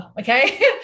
okay